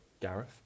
Gareth